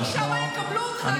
שם יקבלו אותך as is.